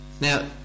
Now